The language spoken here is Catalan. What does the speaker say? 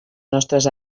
nostres